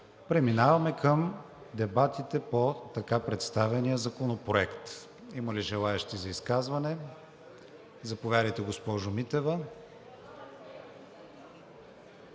Преминаваме към дебатите по така представения законопроект. Има ли желаещи за изказване? Заповядайте, госпожо Митева.